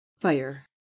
Fire